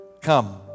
come